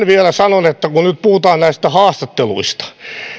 vielä sanon kun nyt puhutaan näistä haastatteluista